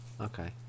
Okay